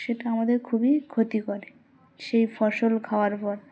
সেটা আমাদের খুবই ক্ষতিকর সেই ফসল খাওয়ার পর